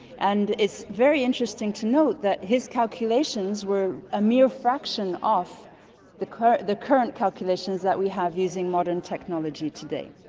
and it's very interesting to note that his calculations were a mere fraction of the current the current calculations that we have using modern technology today.